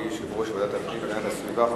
יושב-ראש ועדת הפנים והגנת הסביבה,